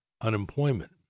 unemployment